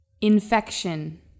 infection